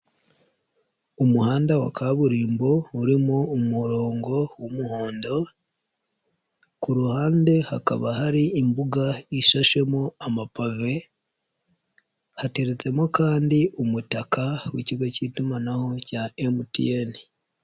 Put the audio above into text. Umuhanda wa kaburimbo urimo umurongo w'umuhondo, ku ruhande hakaba hari imbuga ishashemo amapave, hateretsemo kandi umutaka w'Ikigo k'itumanaho cya MTN.